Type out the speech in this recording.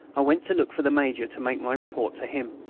i went to look for the major to make my report to him.